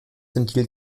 ventil